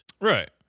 Right